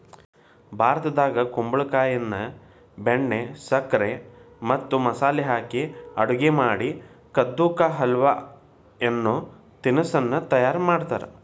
ಭಾರತದಾಗ ಕುಂಬಳಕಾಯಿಯನ್ನ ಬೆಣ್ಣೆ, ಸಕ್ಕರೆ ಮತ್ತ ಮಸಾಲೆ ಹಾಕಿ ಅಡುಗೆ ಮಾಡಿ ಕದ್ದು ಕಾ ಹಲ್ವ ಅನ್ನೋ ತಿನಸ್ಸನ್ನ ತಯಾರ್ ಮಾಡ್ತಾರ